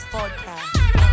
Podcast